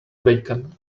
bacon